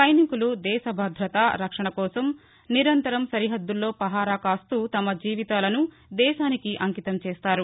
సైనికులు దేశ భద్రత రక్షణ కోసం నిరంతరం సరిహద్దుల్లో పహారా కాస్తూ తమ జీవితాలను దేశానికి అంకితం చేస్తారు